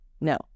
No